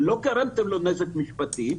לא גרמתם לו נזק משפטי,